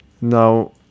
now